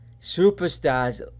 Superstars